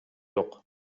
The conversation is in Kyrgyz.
жок